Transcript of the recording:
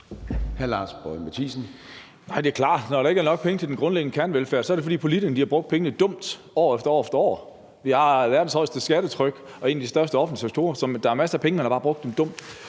Lars Boje Mathiesen (UFG): Nej, det er klart, at når der ikke er penge nok til den grundlæggende kernevelfærd, er det, fordi politikerne har brugt pengene dumt år efter år. Vi har verdens højeste skattetryk og en af de største offentlige sektorer. Så der er masser af penge; man har bare brugt dem dumt.